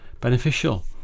beneficial